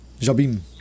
Jabin